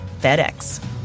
FedEx